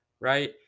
right